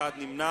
38, ואחד נמנע.